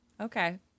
Okay